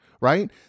right